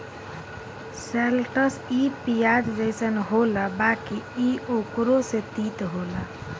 शैलटस इ पियाज जइसन होला बाकि इ ओकरो से तीत होला